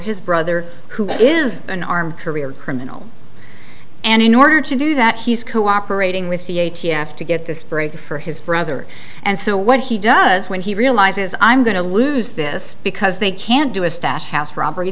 his brother who is an arme career criminal and in order to do that he's cooperating with the a t f to get this break for his brother and so what he does when he realizes i'm going to lose this because they can't do a stash house robbery